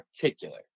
particular